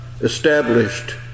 established